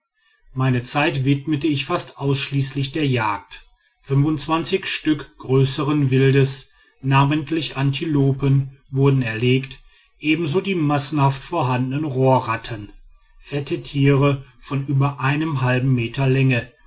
meine zeit widmete ich fast ausschließlich der jagd stück größern wildes namentlich antilopen wurden erlegt ebenso die massenhaft vorhandenen rohrratten fette tiere von über einem halben meter länge